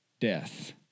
death